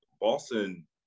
Boston